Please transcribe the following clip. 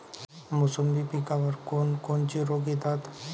मोसंबी पिकावर कोन कोनचे रोग येतात?